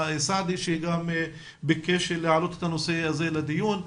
סעדי שגם ביקש להעלות את הנושא הזה לדיון.